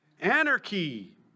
Anarchy